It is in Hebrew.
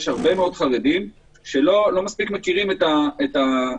יש הרבה מאוד חרדים שלא מספיק מכירים את המשרות,